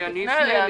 אני אפנה אליה.